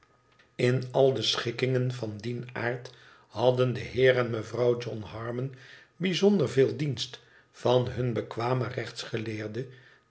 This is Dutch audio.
in al de schikkingen van dien aard hadden de heer en mevrouw john harmon bijzonder veel dienst van hun bekwamen